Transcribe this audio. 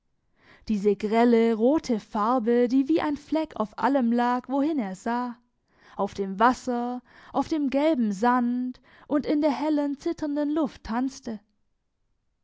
diese grelle rote farbe die wie ein fleck auf allem lag wohin er sah auf dem wasser auf dem gelben sand und in der hellen zitternden luft tanzte